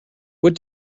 what